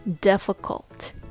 difficult